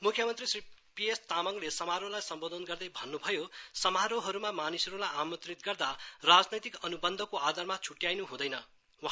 मुख्ममन्त्री Shri P S तामङले समारोहलाई सम्बोधन गर्दै भन्नुभयो समारोहरूमा मानिसहरूलाई आमन्त्रित गर्दा राजनेतिक अनुबन्धको आधारमा छुट्याउनु हुँदैन भन्नुभयो